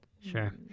Sure